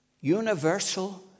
Universal